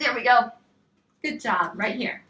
there we go good job right here